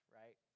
right